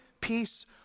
peace